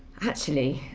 actually,